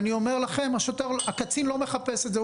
אני אומר לכם, הקצין לא מחפש את זה.